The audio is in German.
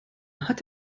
hat